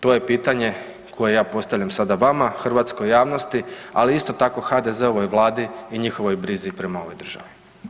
To je pitanje koje ja postavljam sada vama, hrvatskoj javnosti, ali isto tako HDZ-ovoj Vladi i njihovoj brizi prema ovoj državi.